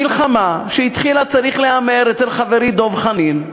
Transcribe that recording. מלחמה שהתחילה, צריך להיאמר, אצל חברי דב חנין,